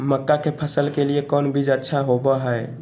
मक्का के फसल के लिए कौन बीज अच्छा होबो हाय?